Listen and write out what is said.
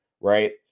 right